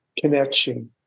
connection